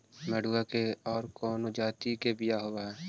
मडूया के और कौनो जाति के बियाह होव हैं?